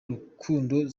rukundo